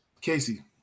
Casey